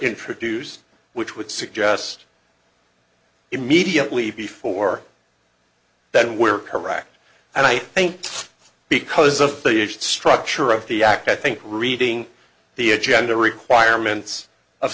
introduced which would suggest immediately before then we're correct and i think because of the structure of the act i think reading the agenda requirements of